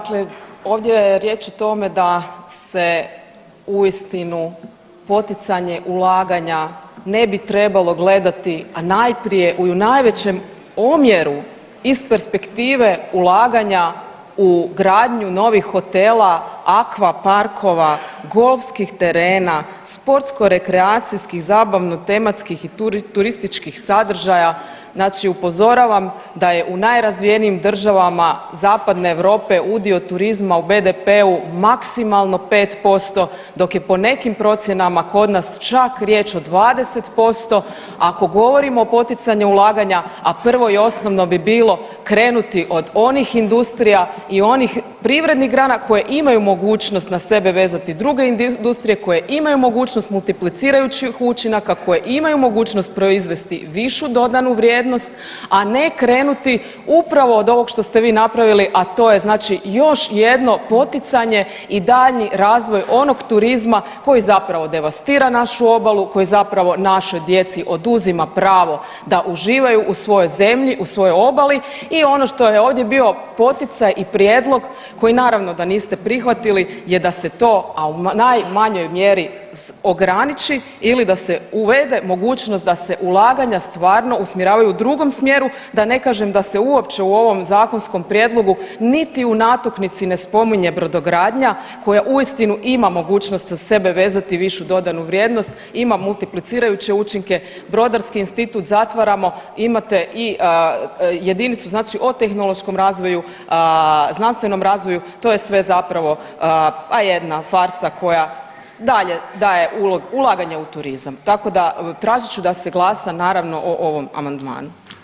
Dakle, ovdje je riječ o tome da se uistinu poticanje ulaganja ne bi trebalo gledati, a najprije i u najvećem omjeru iz perspektive ulaganja u gradnju novih hotela, akvaparkova, golfskih terena, sportsko-rekreacijskih i zabavno-tematskih i turističkih sadržaja, znači upozoravam da je u najrazvijenijim državama zapadne Europe udio turizma u BDP-u maksimalno 5% dok je po nekim procjenama kod nas čak riječ o 20% ako govorimo o poticanju ulaganju, a prvo i osnovno bi bilo krenuti od onih industrija i onih privrednih grana koje imaju mogućnost na sebe vezati druge industrije koje imaju mogućnost multiplicirajućih učinaka koje imaju mogućnost proizvesti višu dodanu vrijednost, a ne krenuti upravo od ovog što ste vi napravili, a to je znači još jedno poticanje i daljnji razvoj onog turizma koji zapravo devastira našu obalu, koji zapravo našoj djeci oduzima pravo da uživaju u svojoj zemlji, u svojoj obali i ono što je ovdje bio poticaj i prijedlog koji naravno da niste prihvatili je da se to a u najmanjoj mjeri ograniči ili da se uvede mogućnost da se ulaganja stvarno usmjeravaju u drugom smjeru da ne kažem da se uopće u ovom zakonskom prijedlogu niti u natuknici ne spominje brodogradnja koja uistinu ima mogućnost na sebe vezati višu dodanu vrijednost, ima multiplicirajuće učinke, brodarski institut zatvaramo, imate i jedinicu znači o tehnološkom razvoju, znanstvenom razvoju, to je sve zapravo a jedna farsa koja dalje daje ulog ulaganje u turizam, tako da tražit ću da se glasa naravno o ovom amandmanu.